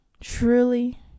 truly